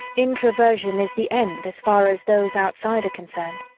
introversion is the end as far as those outside are concerned.